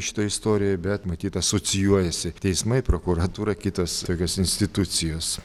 šita istorija bet matyt asocijuojasi teismai prokuratūra kitos tokios institucijos